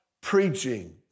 preaching